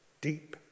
Deep